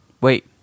wait